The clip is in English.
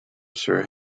sir